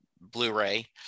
Blu-ray